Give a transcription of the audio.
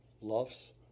loves